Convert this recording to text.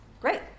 great